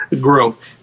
growth